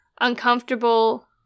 uncomfortable